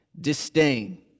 disdain